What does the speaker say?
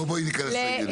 בואי, בואי ניכנס לעניינים.